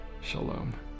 Shalom